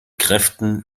kräften